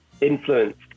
influenced